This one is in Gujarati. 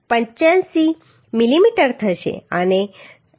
85 મિલીમીટર થશે